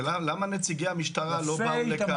למה נציגי המשטרה לא באו לכאן?